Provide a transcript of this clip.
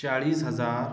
चाळीस हजार